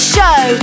Show